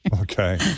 Okay